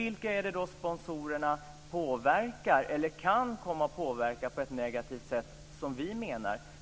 Vilka är det då som sponsorerna påverkar, eller kan komma att påverka, på ett negativt sätt som vi menar?